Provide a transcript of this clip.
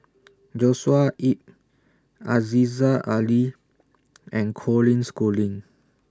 Joshua Ip Aziza Ali and Colin Schooling